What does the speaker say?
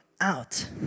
out